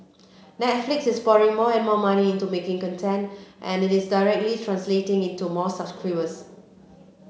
Netflix is pouring more and more money into making content and it is directly translating into more subscribers